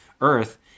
earth